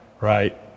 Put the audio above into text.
right